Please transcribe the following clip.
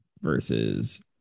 versus